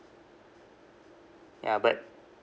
ya but